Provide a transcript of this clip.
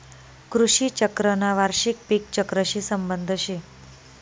कृषी चक्रना वार्षिक पिक चक्रशी संबंध शे